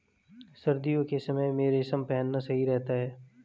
सर्दियों के समय में रेशम पहनना सही रहता है